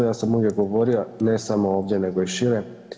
Ja sam uvijek govorio ne samo ovdje nego i šire.